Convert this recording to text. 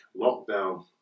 lockdown